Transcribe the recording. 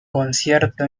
concierto